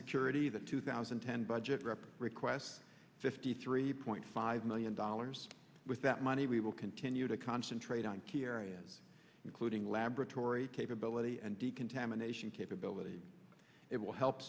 security the two thousand and ten budget rep requests fifty three point five million dollars with that money we will continue to concentrate on key areas including laboratory capability and decontamination capability it will help